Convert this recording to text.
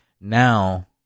Now